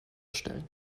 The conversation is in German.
stellen